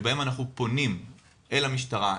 שבהם אנחנו פונים אל המשטרה,